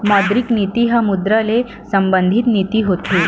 मौद्रिक नीति ह मुद्रा ले संबंधित नीति होथे